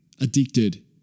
addicted